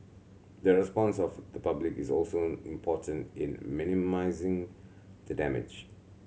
the response of the public is also important in minimising the damage